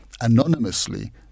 anonymously